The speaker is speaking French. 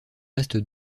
reste